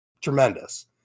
tremendous